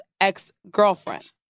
ex-girlfriend